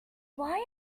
why